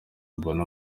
mbone